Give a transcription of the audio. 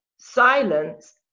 Silence